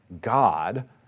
God